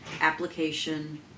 application